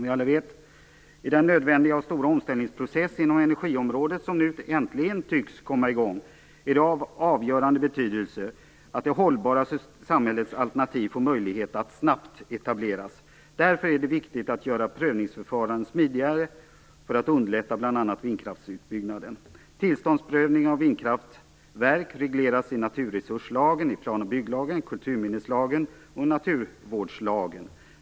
I den nödvändiga och stora omställningsprocess inom energiområdet som nu äntligen tycks komma i gång är det av avgörande betydelse att det hållbara samhällets alternativ får möjlighet att snabbt etableras. Därför är det viktigt att göra prövningsförfarandena smidigare för att underlätta bl.a. vindkraftsutbyggnaden. Tillståndsprövningen av vindkraftverk regleras i naturresurslagen, i plan och bygglagen, i kulturminneslagen och i naturvårdslagen.